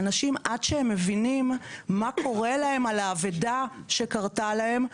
עד שאנשים מבינים מה קורה להם על האבדה שקרתה להם.